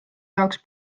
jaoks